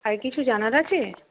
আর কিছু জানার আছে